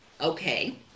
okay